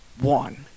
one